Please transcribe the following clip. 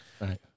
Right